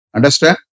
Understand